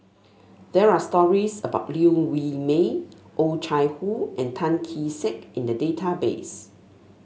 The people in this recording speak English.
there are stories about Liew Wee Mee Oh Chai Hoo and Tan Kee Sek in the database